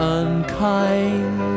unkind